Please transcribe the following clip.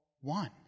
one